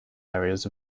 areas